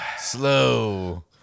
Slow